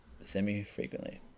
semi-frequently